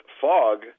fog